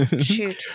shoot